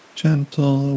gentle